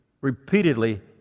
repeatedly